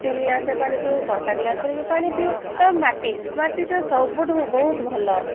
steel ଗ୍ଲାସରେ ପାଣି ପିଉ କଂସା ଗ୍ଲାସରେ ବି ପାଣି ପିଉ ମାଟି ମାଟି ତ ସବୁଠୁ ବହୁତ ଭଲ